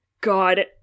God